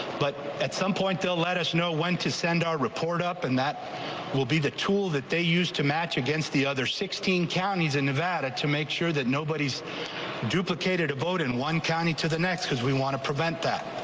but at some point they'll let us know when to send our report up in that will be the tool that they use to match against the other sixteen counties in nevada to make sure that nobody's duplicated a vote in one county to the next because we want to prevent that.